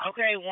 Okay